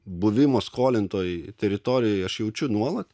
buvimo skolintoj teritorijoj aš jaučiu nuolat